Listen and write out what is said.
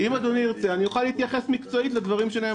אני מבקש ממשרד הביטחון להעביר ומכם.